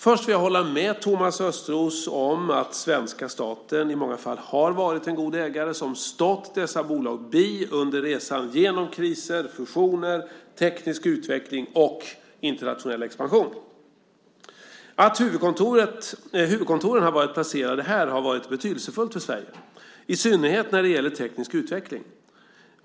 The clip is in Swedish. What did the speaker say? Först vill jag hålla med Thomas Östros om att svenska staten i många fall har varit en god ägare som stått dessa bolag bi under resan genom kriser, fusioner, teknisk utveckling och internationell expansion. Att huvudkontoren har varit placerade här har varit betydelsefullt för Sverige, i synnerhet när det gäller teknisk utveckling.